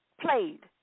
played